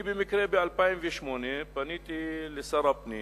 במקרה, ב-2008 אני פניתי אל שר הפנים